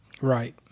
Right